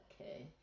Okay